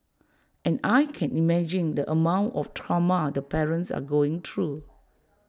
and I can imagine the amount of trauma the parents are going through